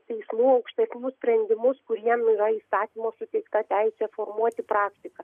teismų aukštesnių sprendimus kuriem yra įstatymo suteikta teisė formuoti praktiką